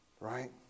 Right